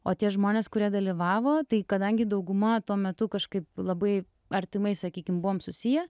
o tie žmonės kurie dalyvavo tai kadangi dauguma tuo metu kažkaip labai artimai sakykim buvome susiję